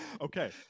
okay